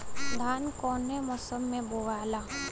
धान कौने मौसम मे बोआला?